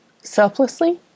selflessly